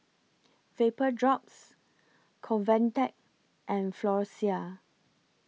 Vapodrops Convatec and Floxia